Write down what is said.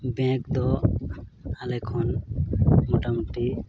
ᱫᱚ ᱟᱞᱮ ᱠᱷᱚᱱ ᱢᱳᱴᱟᱢᱩᱴᱤ